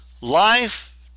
life